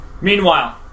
Meanwhile